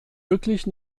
wirklich